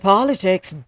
Politics